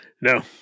no